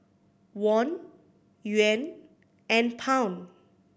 Won Yuan and Pound